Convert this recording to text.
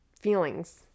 feelings